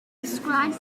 described